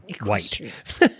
white